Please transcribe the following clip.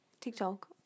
TikTok